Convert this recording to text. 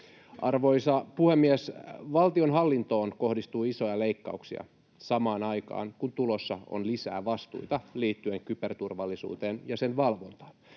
Arvoisa puhemies! Valtionhallintoon kohdistuu isoja leikkauksia samaan aikaan, kun tulossa on lisää vastuita liittyen kyberturvallisuuteen ja sen valvontaan.